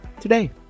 today